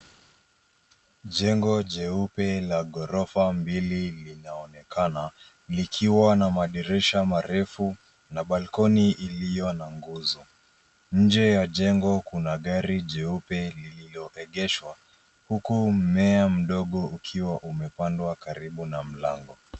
Jengo jeupe la ghorofa mbili linaonekana likiwa na madirisha marefu na balkoni iliyo na nguzo. Nje ya jengo kuna gari jeupe lililoegeshwa huku mmea mdogo ukiwa umepandwa karibu na mlango.